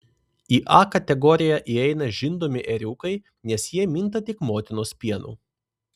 į a kategoriją įeina žindomi ėriukai nes jie minta tik motinos pienu